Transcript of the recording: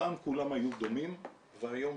פעם כולם היו דומים והיום